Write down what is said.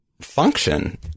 function